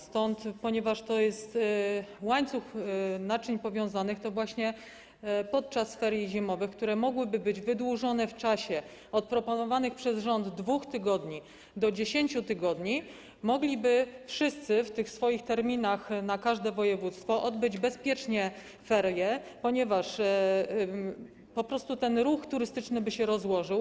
Stąd, ponieważ to jest łańcuch naczyń powiązanych, to właśnie podczas ferii zimowych, które mogłyby być wydłużone w czasie z proponowanych przez rząd 2 tygodni do 10 tygodni, mogliby wszyscy w swoich terminach, jeśli chodzi o każde województwo, odbyć bezpiecznie ferie, ponieważ po prostu ten ruch turystyczny by się rozłożył.